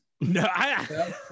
No